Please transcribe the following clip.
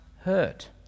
hurt